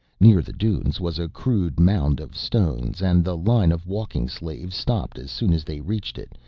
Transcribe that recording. near the dunes was a crude mound of stones and the line of walking slaves stopped as soon as they reached it,